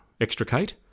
extricate